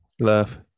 Love